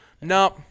no